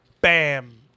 Bam